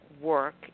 work